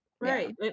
right